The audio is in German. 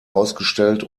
ausgestellt